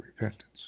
repentance